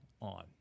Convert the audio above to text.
on